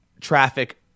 traffic